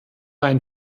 ein